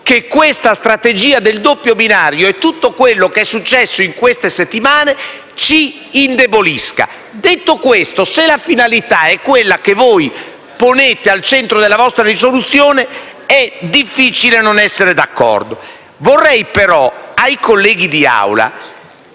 che questa strategia del doppio binario e tutto quello che è successo in queste settimane ci indeboliscano. Detto questo, se la finalità è quella che voi ponete al centro della vostra risoluzione, è difficile non essere d'accordo. Vorrei invitare però i colleghi di